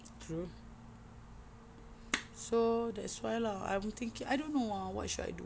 true so that's why lah I'm thinking I don't know ah what should I do